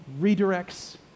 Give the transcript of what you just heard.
redirects